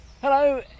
Hello